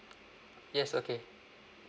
yes okay